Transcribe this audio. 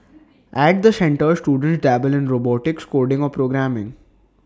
at the centres students dabble in robotics coding or programming